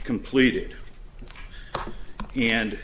completed and